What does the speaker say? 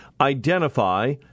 identify